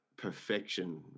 perfection